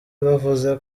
bavuze